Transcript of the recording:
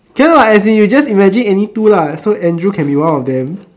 can what as in you just imagine any two lah so Andrew can be one of them